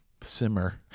simmer